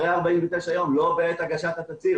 אחרי 49 ימים ולא בעת הגשת התצהיר.